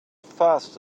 fast